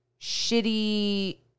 shitty